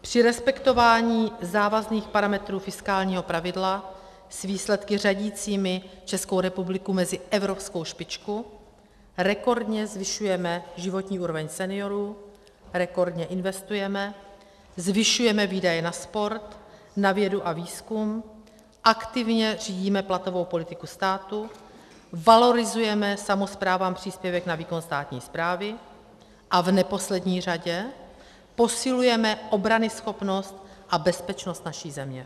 Při respektování závazných parametrů fiskálního pravidla s výsledky řadícími Českou republiku mezi evropskou špičku rekordně zvyšujeme životní úroveň seniorů, rekordně investujeme, zvyšujeme výdaje na sport, na vědu a výzkum, aktivně řídíme platovou politiku státu, valorizujeme samosprávám příspěvek na výkon státní správy a v neposlední řadě posilujeme obranyschopnost a bezpečnost naší země.